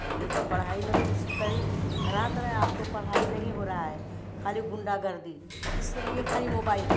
पहले के पढ़ाई में कुछ तरी भरत रहा अब तो पढ़ाई नहीं हो रहा है ख़ाली गुंडागर्दी किस लिए ख़ाली मोबाइल